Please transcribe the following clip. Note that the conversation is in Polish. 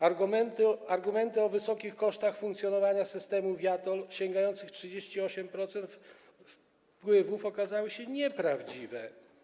Argumenty dotyczące wysokich kosztów funkcjonowania systemu viaTOLL, sięgających 38% wpływów, okazały się nieprawdziwe.